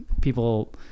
people